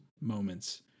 moments